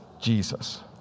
Jesus